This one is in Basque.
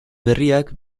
berriak